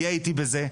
תהיה איתי בזה.